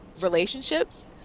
relationships